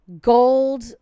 gold